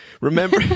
Remember